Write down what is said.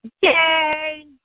Yay